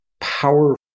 power